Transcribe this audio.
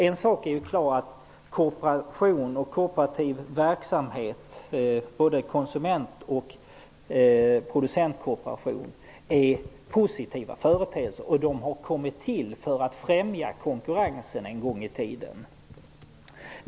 En sak är klar, att kooperation och kooperativ verksamhet, både producent och konsumentkooperation, är positiva företeelser, och de har en gång i tiden kommit till för att främja konkurrensen.